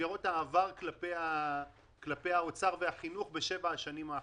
העבר כלפי משרד האוצר ומשרד החינוך בשבע השנים האחרונות.